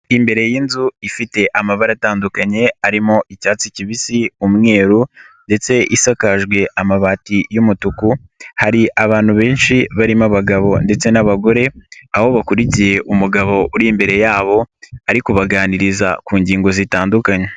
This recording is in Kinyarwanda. imbere y'inzu ifite amabara atandukanye arimo icyatsi kibisi, umweru ndetse isakajwe amabati y'umutuku, hari abantu benshi barimo abagabo ndetse n'abagore, aho bakurikiye umugabo uri imbere yabo aribaganiriza ku ngingo zitandukanye.